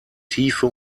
tiefe